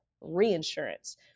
reinsurance